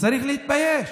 צריך להתבייש.